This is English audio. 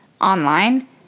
online